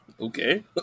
Okay